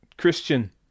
Christian